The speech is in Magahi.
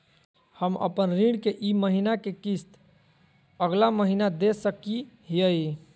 हम अपन ऋण के ई महीना के किस्त अगला महीना दे सकी हियई?